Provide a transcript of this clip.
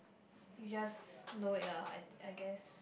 you just know it lah I I guess